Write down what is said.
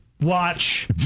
Watch